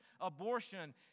abortion